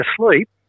asleep